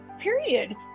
Period